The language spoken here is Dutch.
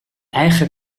eigen